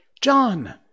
John